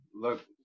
look